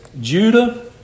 Judah